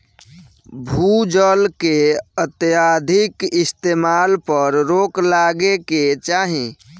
भू जल के अत्यधिक इस्तेमाल पर रोक लागे के चाही